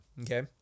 okay